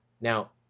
Now